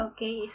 Okay